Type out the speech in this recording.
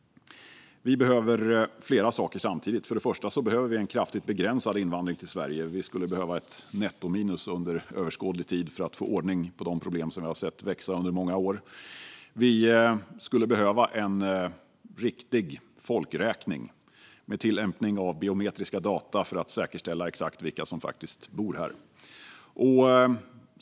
Vi behöver flera saker samtidigt. Vi behöver en kraftigt begränsad invandring till Sverige. Vi skulle behöva ett nettominus under överskådlig tid för att få ordning på de problem som vi har sett växa under många år. Vi skulle behöva en riktig folkräkning med tillämpning av biometriska data för att säkerställa exakt vilka som faktiskt bor här.